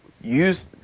use